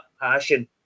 passion